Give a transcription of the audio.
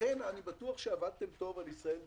אני בטוח שעבדתם טוב על ישראל דיגיטלית,